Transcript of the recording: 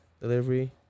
delivery